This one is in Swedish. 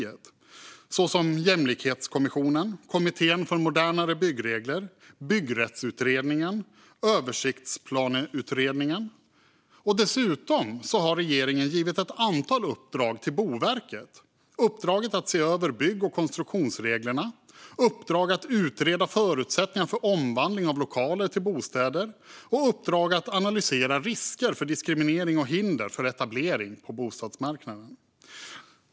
Det gäller till exempel Jämlikhetskommissionen, Kommittén för modernare byggregler, Byggrättsutredningen och Översiktsplaneutredningen. Dessutom har regeringen gett ett antal uppdrag till Boverket. Det gäller uppdraget att se över bygg och konstruktionsreglerna, uppdraget att utreda förutsättningarna för omvandling av lokaler till bostäder och uppdraget att analysera risker för diskriminering och hinder för etablering på bostadsmarknaden.